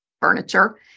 furniture